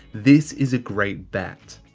this is a great bet.